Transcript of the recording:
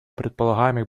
предполагаемых